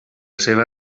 seva